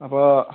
അപ്പോൾ